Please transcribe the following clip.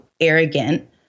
arrogant